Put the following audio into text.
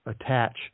attach